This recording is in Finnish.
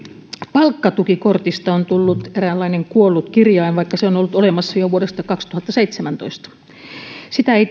palkkatukikortista on tullut eräänlainen kuollut kirjain vaikka se on on ollut olemassa jo vuodesta kaksituhattaseitsemäntoista sitä ei